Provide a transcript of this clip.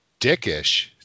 dickish